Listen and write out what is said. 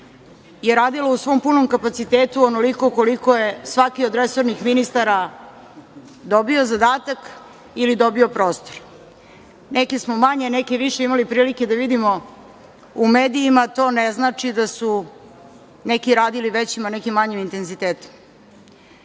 je radila u svom punom kapacitetu, onoliko koliko je svaki od resornih ministara dobio zadatak ili dobio prostor. Neke smo manje a neke više imali prilike da vidimo u medijima, ali to ne znači da su neki radili većim a neki manjim intenzitetom.